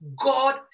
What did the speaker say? God